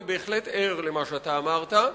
אני בהחלט ער למה שאתה אמרת.